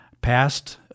past